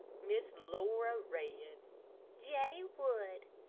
miss laura read j. wood,